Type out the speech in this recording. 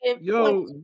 yo